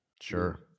Sure